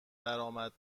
درآمد